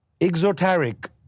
exoteric